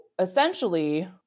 Essentially